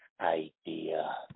idea